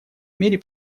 мире